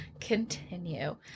Continue